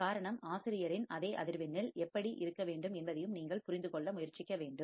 காரணம் ஆசிரியரின் அதே அதிர்வெண்ணில் எப்படி இருக்க வேண்டும் என்பதையும் நீங்கள் புரிந்து கொள்ள முயற்சிக்க வேண்டும்